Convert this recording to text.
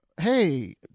hey